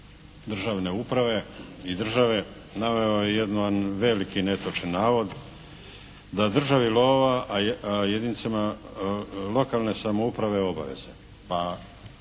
državne uprave i države naveo je jedan veliki netočan navod, da državi lova a jedinicama lokalne samouprave obaveze. Pa